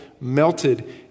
melted